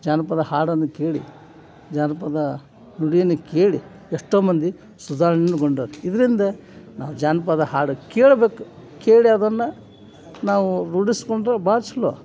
ಜಾನಪದ ಹಾಡನ್ನು ಕೇಳಿ ಜಾನಪದ ನುಡಿಯನ್ನು ಕೇಳಿ ಎಷ್ಟೋ ಮಂದಿ ಸುಧಾರಣೆನು ಗೊಂಡರು ಇದರಿಂದ ನಾವು ಜಾನಪದ ಹಾಡು ಕೇಳ್ಬೇಕು ಕೇಳಿ ಅದನ್ನು ನಾವು ರೂಢಿಸ್ಕೊಂಡ್ರೆ ಭಾಳ ಚಲೊ